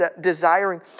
desiring